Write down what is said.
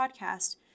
podcast